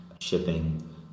shipping